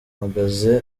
magasin